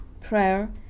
prayer